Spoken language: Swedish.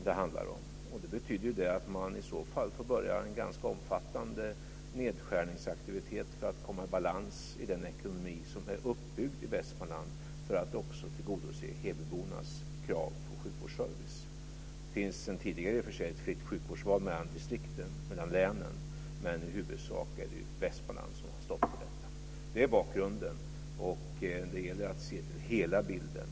Det betyder att man i så fall får påbörja en ganska omfattande nedskärningsaktivitet för att komma i balans i den ekonomi som är uppbyggd i Västmanland för att också tillgodose hebybornas krav på sjukvårdsservice. Det finns i och för sig sedan tidigare ett fritt sjukvårdsval mellan länen, men i huvudsak är det Västmanland som har stått för sjukvården. Detta är bakgrunden. Det gäller att se till hela bilden.